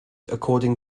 according